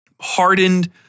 hardened